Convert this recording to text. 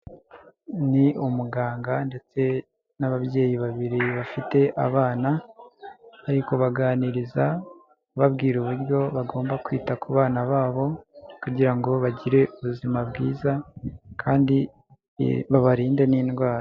Ni umuganga ndetse n'ababyeyi babiri bafite abana, bari kubaganiriza bababwira uburyo bagomba kwita ku bana babo kugira ngo bagire ubuzima bwiza kandi babarinde n'indwara.